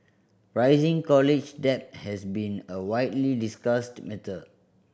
rising college debt has been a widely discussed matter